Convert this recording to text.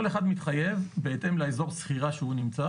כל אחד מתחייב בהתאם לאזור שכירה שהוא נמצא